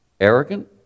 arrogant